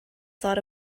thought